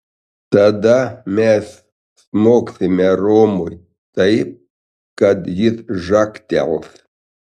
tada mes smogsime romui taip kad jis žagtels